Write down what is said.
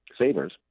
savers